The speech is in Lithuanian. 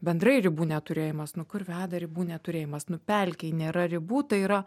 bendrai ribų neturėjimas nu kur veda ribų neturėjimas nu pelkėj nėra ribų tai yra